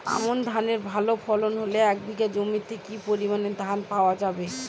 আমন ধানের ভালো ফলন হলে এক বিঘা জমিতে কি পরিমান ধান পাওয়া যায়?